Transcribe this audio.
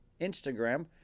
Instagram